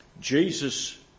Jesus